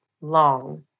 long